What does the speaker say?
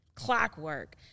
Clockwork